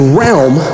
realm